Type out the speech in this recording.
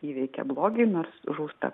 įveikia blogį nors žūsta